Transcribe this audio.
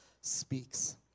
speaks